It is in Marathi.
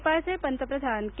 नेपाळचे पंतप्रधान के